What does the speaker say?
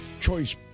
Choice